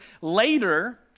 Later